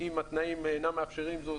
אם התנאים אינם מאפשרים זאת,